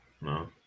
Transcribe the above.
No